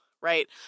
right